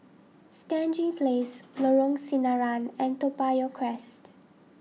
Stangee Place Lorong Sinaran and Toa Payoh Crest